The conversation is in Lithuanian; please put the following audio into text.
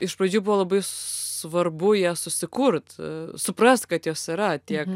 iš pradžių buvo labai svarbu jas susikurt suprast kad jos yra tiek